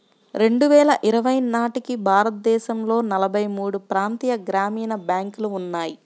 రెండు వేల ఇరవై నాటికి భారతదేశంలో నలభై మూడు ప్రాంతీయ గ్రామీణ బ్యాంకులు ఉన్నాయి